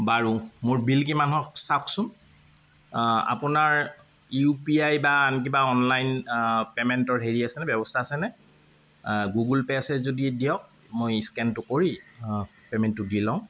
বাৰু মোৰ বিল কিমান হক চাকছোন আপোনাৰ ইউ পি আই বা আন কিবা অনলাইন পেমেণ্টৰ হেৰি আছেনে ব্য়ৱস্থা আছেনে গুগল পে' আছে যদি দিয়ক মই ইস্কেনটো কৰি পেমেণ্টো দি লওঁ